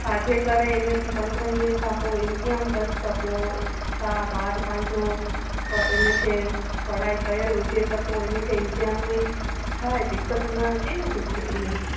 छाजे करे उन जी पंद्रहनि ॾींहनि खां पोइ इंतिहानु अथसि त पोइ छा ॿार पंहिंजो इन खे पढ़ाई कयल हुजे त पोइ इन खे इंतिहानु में छा ऐं दिक़त न अचे न कुझु ईअं